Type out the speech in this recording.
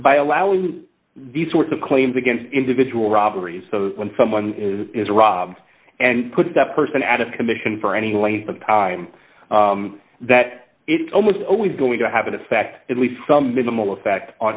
by allowing these sorts of claims against individual robberies when someone is robbed and put that person out of commission for any length of time that it's almost always going to have an effect at least some minimal effect on